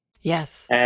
Yes